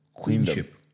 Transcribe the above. Queenship